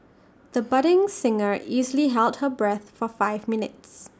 the budding singer easily held her breath for five minutes